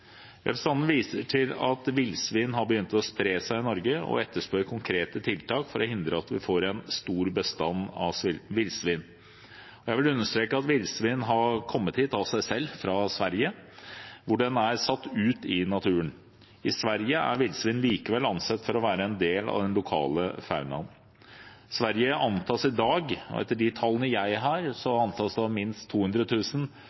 Representanten viser til at villsvin har begynt å spre seg i Norge, og etterspør konkrete tiltak for å hindre at vi får en stor bestand av villsvin. Jeg vil understreke at villsvin har kommet hit av seg selv fra Sverige, hvor de er satt ut i naturen. I Sverige er villsvin likevel ansett for å være en del av den lokale faunaen. Sverige antas i dag, etter de tallene jeg har,